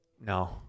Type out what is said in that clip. No